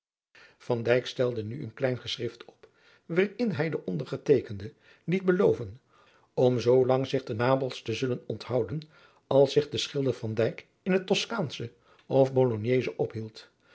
stelde nu een klein geschrift op waarin hij den ondergeteekenden liet beloven om zoolang zich te napels te zullen onthouden als zich de schilder van dijk in het toskaansche of bologneesche ophield